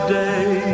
day